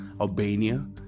albania